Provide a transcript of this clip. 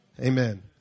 Amen